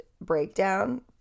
breakdown